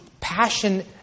passion